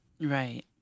Right